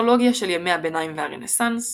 אסטרולוגיה של ימי הביניים והרנסאנס